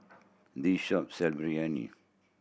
this shop sell Biryani